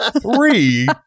Three